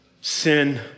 sin